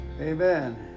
Amen